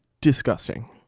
Disgusting